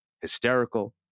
hysterical